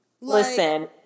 Listen